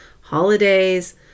holidays